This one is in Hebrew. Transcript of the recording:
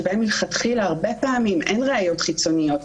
שבהם מלכתחילה הרבה פעמים אין ראיות חיצוניות.